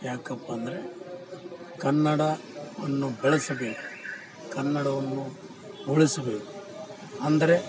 ಯಾಕಪ್ಪಂದರೆ ಕನ್ನಡವನ್ನು ಬೆಳೆಸಬೇಕು ಕನ್ನಡವನ್ನು ಉಳಿಸಬೇಕು ಅಂದರೆ